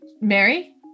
Mary